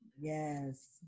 Yes